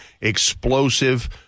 explosive